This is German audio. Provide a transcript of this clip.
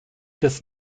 des